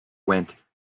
went